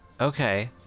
Okay